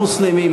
או מוסלמים,